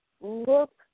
Look